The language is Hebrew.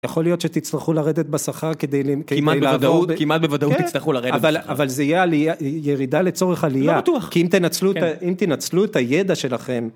יכול להיות שתצטרכו לרדת בשכר כדי כמעט בוודאות תצטרכו לרדת בשכר אבל זה יהיה ירידה לצורך עלייה לא בטוח כי אם תנצלו את הידע שלכם